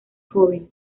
joven